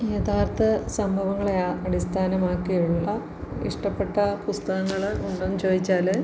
യഥാർത്ഥ സംഭവങ്ങളെ അ അടിസ്ഥാനമാക്കിയുള്ള ഇഷ്ടപ്പെട്ട പുസ്തകങ്ങള് ഉണ്ടോ എന്നു ചോദിച്ചാല്